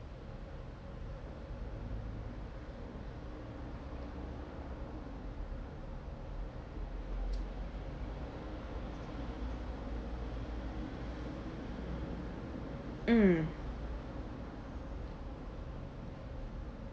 mm